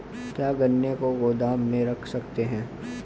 क्या गन्ने को गोदाम में रख सकते हैं?